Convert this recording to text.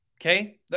Okay